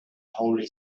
holy